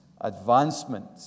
advancement